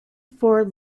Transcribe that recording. four